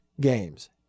games